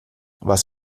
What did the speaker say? was